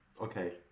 Okay